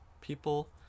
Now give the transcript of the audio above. people